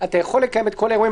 אתה יכול לקיים את כל האירועים,